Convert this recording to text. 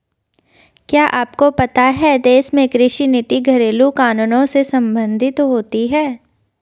क्या आपको पता है देश में कृषि नीति घरेलु कानूनों से सम्बंधित होती है?